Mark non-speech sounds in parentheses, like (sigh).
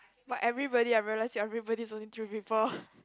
but everybody I realise everybody is only three people (breath)